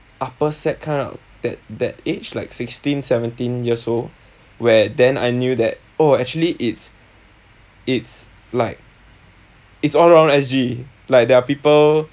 upper sec kind of that that age like sixteen seventeen years old where then I knew that oh actually it's it's like it's all around S_G like there are people